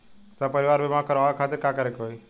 सपरिवार बीमा करवावे खातिर का करे के होई?